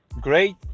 great